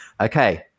Okay